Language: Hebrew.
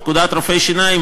פקודת רופאי השיניים,